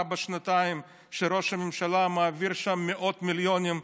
בשנתיים שראש הממשלה מעביר לשם מאות מיליונים,